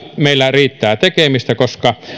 meillä riittää vielä tekemistä koska